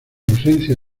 ausencia